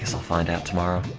so find out tomorrow